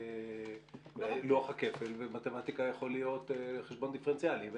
לוח הכפל וזה יכול להיות חשבון דיפרנציאלי.